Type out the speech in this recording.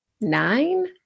nine